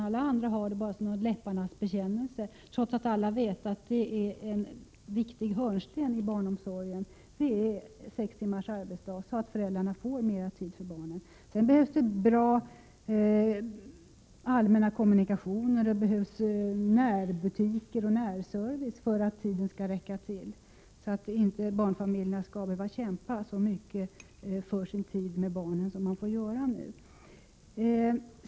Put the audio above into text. Alla andra har det bara som en läpparnas bekännelse — trots att alla vet att en viktig hörnsten i barnomsorgen är sex timmars arbetsdag, så att föräldrarna får mer tid för barnen. Sedan behövs det bra allmänna kommunikationer, närbutiker och service för att tiden skall räcka till, för att barnfamiljerna inte skall behöva kämpa så mycket för sin tid med barnen som man får göra nu.